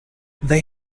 they